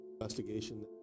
investigation